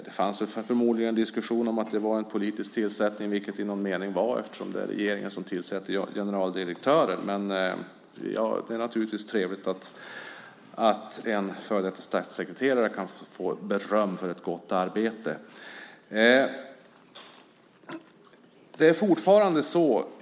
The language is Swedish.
Det fanns förmodligen en diskussion om att det var en politisk tillsättning - vilket det i någon mening var, eftersom det är regeringen som tillsätter generaldirektörer. Det är naturligtvis trevligt att en tidigare statssekreterare kan få beröm för ett gott arbete.